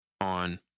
on